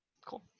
cool